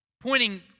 pointing